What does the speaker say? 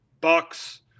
Bucks